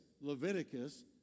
Leviticus